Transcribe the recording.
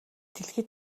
дэлхий